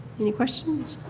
any questions?